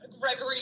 Gregory